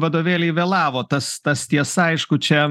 vadovėliai vėlavo tas tas tiesa aišku čia